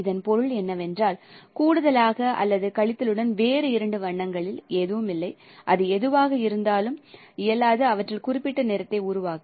இதன் பொருள் என்னவென்றால் கூடுதலாக அல்லது கழித்தலுடன் வேறு இரண்டு வண்ணங்களில் எதுவுமில்லை அது எதுவாக இருந்தாலும் இயலாது அவற்றில் குறிப்பிட்ட நிறத்தை உருவாக்க